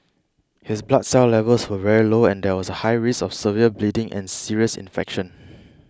his blood cell levels were very low and there was a high risk of severe bleeding and serious infection